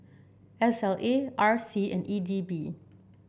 S L A R C and E D B